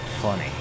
funny